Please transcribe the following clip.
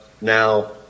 now